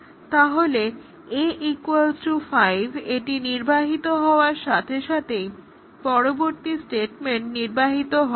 তাহলে a 5 এটি নির্বাহিত হওয়ার সাথে সাথেই পরবর্তী স্টেটমেন্ট নির্বাহিত হয়